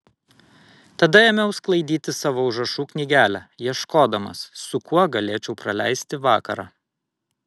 tada ėmiau sklaidyti savo užrašų knygelę ieškodamas su kuo galėčiau praleisti vakarą